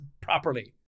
properly